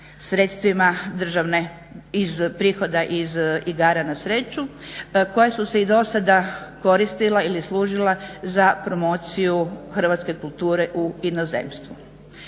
sredstvima državne iz prihoda iz igara na sreću, koja su se i dosada koristila ili služila za promociju hrvatske kulture u inozemstvu.